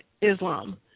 Islam